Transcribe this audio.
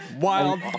wild